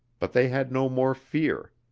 but they had no more fear.